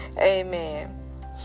amen